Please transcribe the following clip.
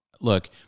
look